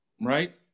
right